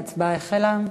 ההצבעה החלה.